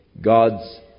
God's